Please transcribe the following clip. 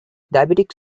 diabetics